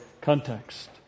context